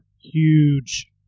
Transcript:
huge